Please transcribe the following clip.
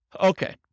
Okay